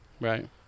Right